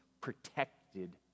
protected